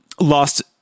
lost